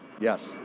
Yes